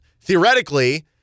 theoretically